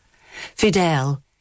Fidel